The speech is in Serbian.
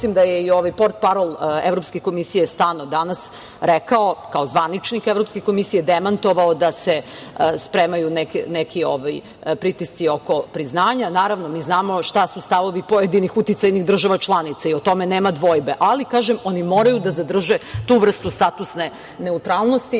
mislim da je i portparol Evropske komisije Stano danas rekao, kao zvaničnik Evropske komisije, demantovao da se spremaju neki pritisci oko priznanja. Naravno, mi znamo šta su stavovi pojedinih uticajnih država članica i o tome nema dvojbe, ali oni moraju da zadrže tu vrstu statusne neutralnosti